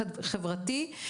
יוצאים.